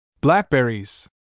Blackberries